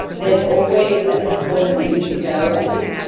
there's always a little corner that you can go and just